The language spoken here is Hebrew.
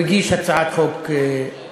הוא הגיש הצעת חוק כזאת,